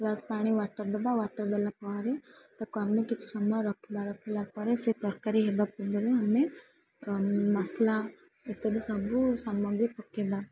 glass ପାଣି water ଦେବା water ଦେଲା ପରେ ତା'କୁ ଆମେ କିଛି ସମୟ ରଖିବା ରଖିଲା ପରେ ସେ ତରକାରୀ ହେବା ପୂର୍ବରୁ ଆମେ ମସଲା ଇତ୍ୟାଦି ସବୁ ସାମଗ୍ରୀ ପକେଇବା